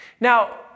Now